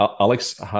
Alex